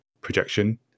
projection